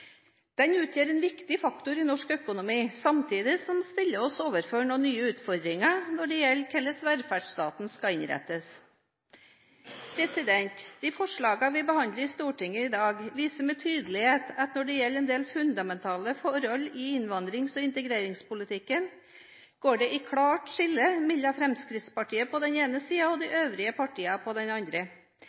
Den utgjør en viktig faktor i norsk økonomi, samtidig som den stiller oss overfor nye utfordringer når det gjelder hvordan velferdsstaten skal innrettes. De forslagene vi behandler i Stortinget i dag, viser med tydelighet at når det gjelder en del fundamentale forhold i innvandrings- og integreringspolitikken, går det et klart skille mellom Fremskrittspartiet på den ene siden og de øvrige partiene på den andre.